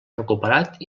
recuperat